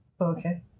Okay